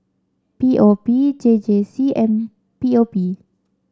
P O P J J C and P O P